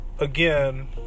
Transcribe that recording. again